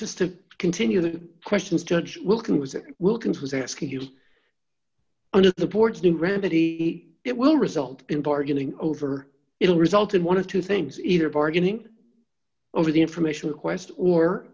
just to continue the questions judge welcome was it wilkens was asking you under the boards the remedy it will result in bargaining over it'll result in one of two things either bargaining over the information request or